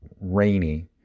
rainy